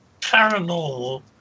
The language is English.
paranormal